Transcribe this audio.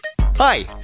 Hi